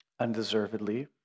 undeservedly